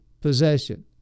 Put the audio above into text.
possession